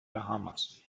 bahamas